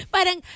Parang